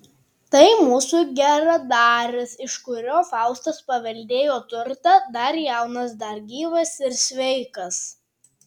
tai mūsų geradaris iš kurio faustas paveldėjo turtą dar jaunas dar gyvas ir sveikas